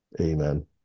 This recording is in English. Amen